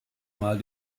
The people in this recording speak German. mal